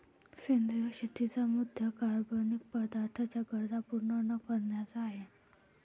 सेंद्रिय शेतीचा मुद्या कार्बनिक पदार्थांच्या गरजा पूर्ण न करण्याचा आहे